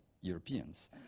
Europeans